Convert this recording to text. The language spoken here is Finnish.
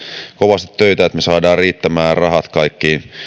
kovasti töitä että me saamme riittämään rahat kaikkiin